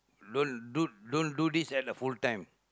don't don't don't do this at a full time